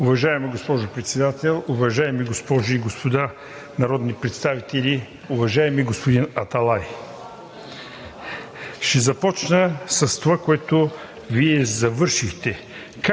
Уважаема госпожо Председател, уважаеми госпожи и господа народни представители! Уважаеми господин Аталай, ще започна с това, с което Вие завършихте